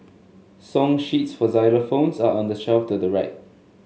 song sheets for xylophones are on the shelf to your right